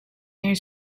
their